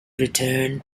written